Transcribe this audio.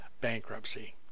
bankruptcy